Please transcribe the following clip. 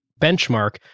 Benchmark